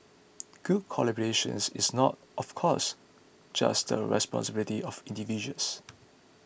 good collaborations is not of course just the responsibility of individuals